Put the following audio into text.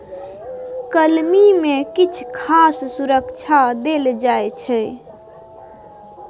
कलमी मे किछ खास सुरक्षा देल जाइ छै